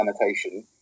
annotation